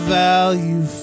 value